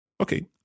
Okay